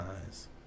eyes